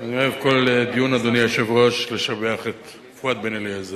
אני אוהב כל דיון לשבח את פואד בן-אליעזר,